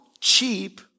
cheap